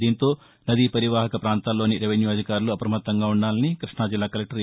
దీంతో నదీ పరివాహక పాంతాల్లోని రెవెస్యూ అధికారులు అప్రమత్తంగా ఉండాలని కృష్ణా జిల్లా కలెక్టర్ ఏ